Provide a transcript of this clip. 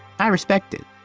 i respect it!